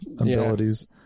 abilities